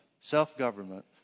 Self-government